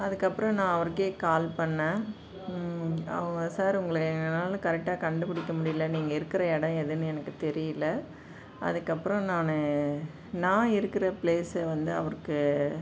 அதுக்கப்புறம் நான் அவருக்கே கால் பண்ணிணேன் அவங்க சார் உங்களை என்னால் கரெக்டாக கண்டுபிடிக்க முடியிலை நீங்கள் இருக்கிற இடம் எதுன்னு எனக்கு தெரியிலை அதுக்கப்புறம் நான் நான் இருக்கிற பிளேஸை வந்து அவருக்கு